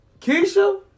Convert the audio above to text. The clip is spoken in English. Keisha